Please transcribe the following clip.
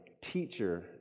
teacher